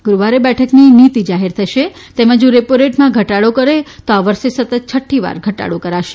ગુરૂવારે બેઠકની નીતિ જાહેર થશે તેમાં જો રેપોરેટમાં ઘટાડો કરે તો આ વર્ષે સતત છઠ્ઠીવાર ઘટાડો કરાશે